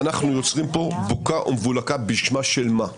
בוקר טוב לכולם.